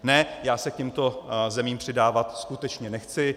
Ne, já se k těmto zemím přidávat skutečně nechci.